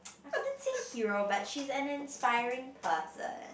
I wouldn't say hero but she's an inspiring person